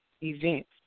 events